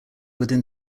within